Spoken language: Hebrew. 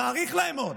נאריך להם עוד,